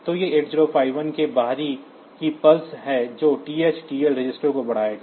तो यह 8051 के बाहर की पल्स है जो TH TL रजिस्टरों को बढ़ाएगा